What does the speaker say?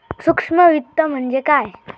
सूक्ष्म वित्त म्हणजे काय?